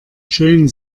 schön